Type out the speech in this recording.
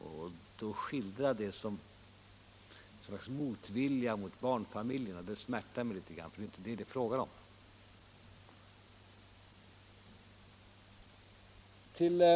Att man skildrar detta som något slags motvilja mot barnfamiljerna smärtar mig litet grand, för det är inte fråga om det.